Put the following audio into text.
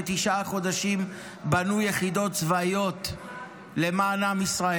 שתשעה חודשים בנו יחידות צבאיות למען עם ישראל.